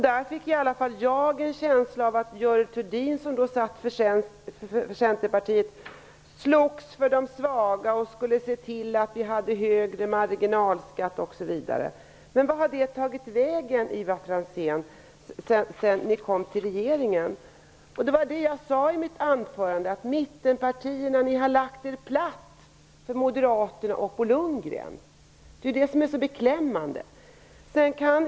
Där fick i alla fall jag en känsla av att Görel Thurdin, som representerade Centern, slogs för de svaga och skulle se till att vi fick högre marginalskatt osv. Vart har det tagit vägen, Ivar Franzén, sedan ni kom i regeringsställning? Jag sade i mitt anförande att mittenpartierna lagt sig platt för moderater och Bo Lundgren. Det är beklämmande.